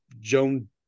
Joan